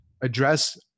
address